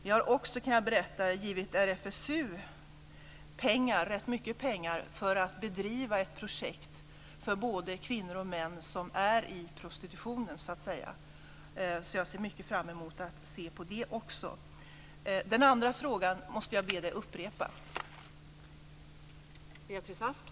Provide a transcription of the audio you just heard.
Vi har också givit RFSU rätt mycket pengar för att bedriva ett projekt för både kvinnor och män som är i prostitutionen. Jag ser fram emot att få se på det. Den andra frågan måste jag be Beatrice Ask att upprepa.